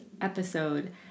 episode